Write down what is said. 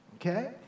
okay